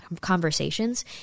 conversations